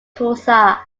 tulsa